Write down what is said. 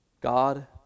God